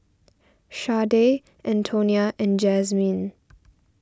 Shardae Antonia and Jazmyne